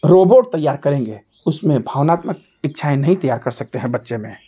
robot तैयार करेंगे उसमें भावात्मक इच्छाएँ नहीं तैयार कर सकते हैं बच्चे में